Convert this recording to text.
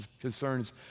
concerns